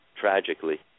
tragically